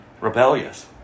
rebellious